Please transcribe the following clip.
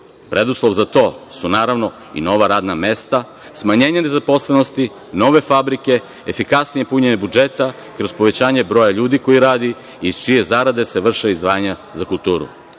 Preduslov za to su, naravno, i nova radna mesta, smanjenje nezaposlenosti, nove fabrike, efikasnije punjenje budžeta kroz povećanje broja ljudi koji radi i iz čije zarade se vrši izdvajanje za kulturu. Na